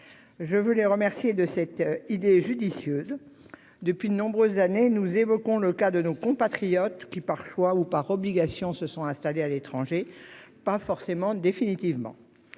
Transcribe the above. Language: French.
à les remercier de leur idée judicieuse. Depuis de nombreuses années, nous évoquons le cas de nos compatriotes qui, par choix ou par obligation, se sont installés à l'étranger, pas forcément de